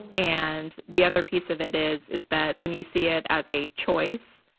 and the other piece of it is, is that when you see it as a choice,